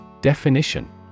Definition